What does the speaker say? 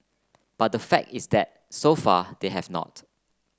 but the fact is that so far they have not